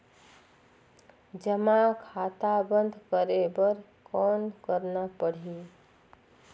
जमा खाता बंद करे बर कौन करना पड़ही?